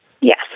Yes